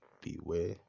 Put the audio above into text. beware